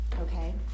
okay